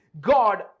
God